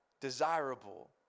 desirable